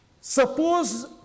Suppose